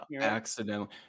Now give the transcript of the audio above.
accidentally